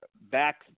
back